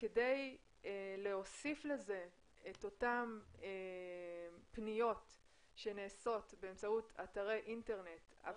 כדי להוסיף לזה את אותן פניות שנעשות באמצעות אתרי אינטרנט.